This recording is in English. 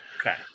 Okay